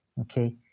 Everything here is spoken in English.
okay